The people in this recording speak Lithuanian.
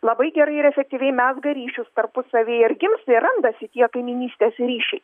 labai gerai ir efektyviai mezga ryšius tarpusavy ir gimsta ir randasi tie kaimynystės ryšiai